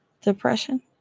depression